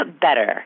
better